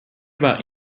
about